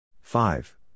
Five